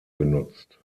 genutzt